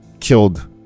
Killed